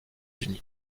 unis